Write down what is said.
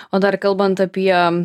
o dar kalbant apie